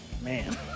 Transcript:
Man